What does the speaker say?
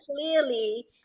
clearly